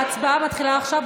ההצבעה מתחילה עכשיו.